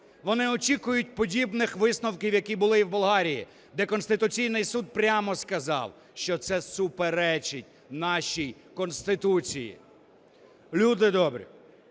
Вони очікують подібних висновків, які були в Болгарії, де Конституційний Суд прямо сказав, що це суперечить нашій Конституції. Люди добрі,